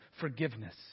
forgiveness